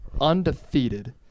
undefeated